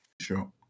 Sure